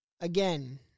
Again